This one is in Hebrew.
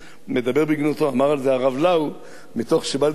אמר על זה הרב לאו: מתוך שבא לדבר בשבחו של זה,